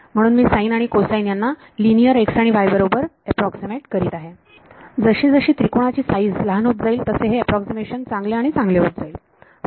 म्हणून मी साईन आणि कोसाईन यांना लिनियर x आणि y यांच्याबरोबर अॅप्रॉक्सीमेट करीत आहे जशीजशी त्रिकोणाची साइज लहान होत जाईल तसे हे अॅप्रॉक्सीमेशन चांगले आणि चांगले होत जाते